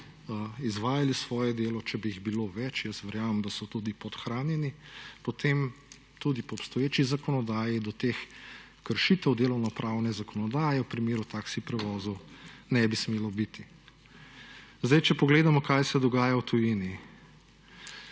izvajali svoje delo, če bi jih bilo več, jaz verjamem, da so tudi podhranjeni, potem, tudi po obstoječi zakonodaji do teh kršitev delovno pravne zakonodaje v primeru taksi prevozov nebi smelo biti. Zdaj, če pogledamo kaj se dogaja v tujini.